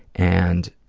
and,